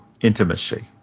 intimacy